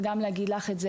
אין מודעות.